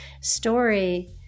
story